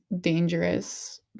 dangerous